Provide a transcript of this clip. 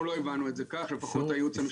אנחנו לא הבנו את זה כך, לפחות הייעוץ המשפטי שלי.